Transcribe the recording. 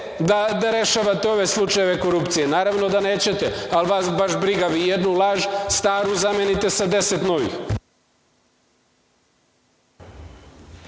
da rešavate ove slučajeve korupcije? Naravno da nećete, ali vas baš briga vi jednu laž staru zamenite sa 10 novih.